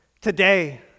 Today